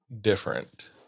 different